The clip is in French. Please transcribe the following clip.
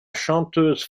chanteuse